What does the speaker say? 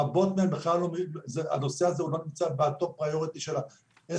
אצל רבות מהן הנושא הזה לא נמצא בעדיפויות העליונות שלהן,